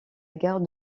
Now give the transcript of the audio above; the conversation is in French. gare